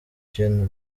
gen